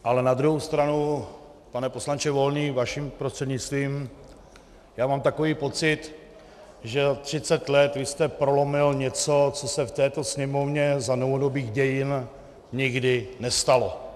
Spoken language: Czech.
Ale na druhou stranu, pane poslanče Volný, vaším prostřednictvím, já mám takový pocit, že za 30 let vy jste prolomil něco, co se v této Sněmovně za novodobých dějin nikdy nestalo.